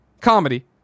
comedy